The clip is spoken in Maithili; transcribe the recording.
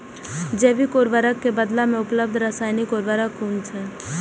जैविक उर्वरक के बदला में उपलब्ध रासायानिक उर्वरक कुन छै?